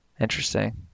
Interesting